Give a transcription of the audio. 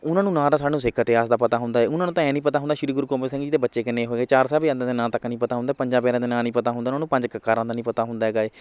ਉਹਨਾਂ ਨੂੰ ਨਾ ਤਾਂ ਸਾਨੂੰ ਸਿੱਖ ਇਤਿਹਾਸ ਦਾ ਪਤਾ ਹੁੰਦਾ ਏ ਉਹਨਾਂ ਨੂੰ ਤਾਂ ਐਂ ਨਹੀਂ ਪਤਾ ਹੁੰਦਾ ਸ਼੍ਰੀ ਗੁਰੂ ਗੋਬਿੰਦ ਸਿੰਘ ਜੀ ਦੇ ਬੱਚੇ ਕਿੰਨੇ ਹੋਏ ਚਾਰ ਸਾਹਿਬਜ਼ਾਦਿਆਂ ਦੇ ਨਾਂ ਤੱਕ ਨੀ ਪਤਾ ਹੁੰਦਾ ਪੰਜਾਂ ਪਿਆਰਿਆਂ ਦੇ ਨਾਂ ਨਹੀਂ ਪਤਾ ਹੁੰਦਾ ਉਹਨੂੰ ਪੰਜ ਕਕਾਰਾਂ ਦਾ ਨਹੀਂ ਪਤਾ ਹੁੰਦਾ ਹੈਗਾ ਏ